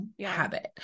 habit